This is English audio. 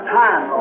time